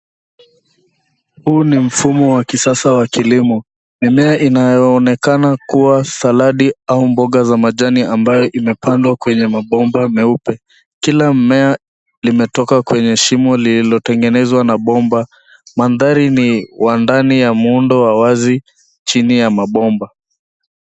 Huu ni mfumo wa kisasa wa kilimo , mimea inayoonekana kuwa saladi au mboga za majani ambayo imepandwa kwenye mabomba meupe. Kila mmea limetoka kwenye shimo lililotengenezwa na bomba. Mandhari ni wa ndani ya muundo wa wazi chini ya mabomba.